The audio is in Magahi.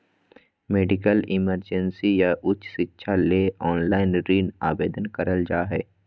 मेडिकल इमरजेंसी या उच्च शिक्षा ले ऑनलाइन ऋण आवेदन करल जा हय